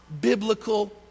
biblical